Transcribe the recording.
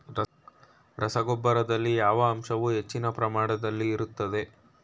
ರಸಗೊಬ್ಬರದಲ್ಲಿ ಯಾವ ಅಂಶವು ಹೆಚ್ಚಿನ ಪ್ರಮಾಣದಲ್ಲಿ ಇರುತ್ತದೆ?